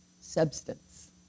substance